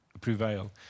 prevail